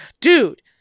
dude